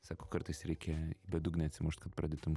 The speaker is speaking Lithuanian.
sako kartais reikia į bedugnę atsimušt kad pradėtum